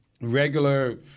regular